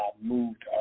moved